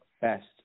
best